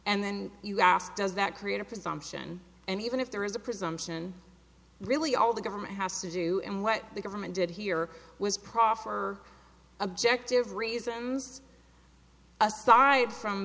and then you ask does that create a presumption and even if there is a presumption really all the government has to do and what the government did here was proffer objective reasons aside from